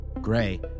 Gray